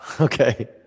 Okay